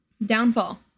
Downfall